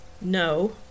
No